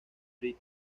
fred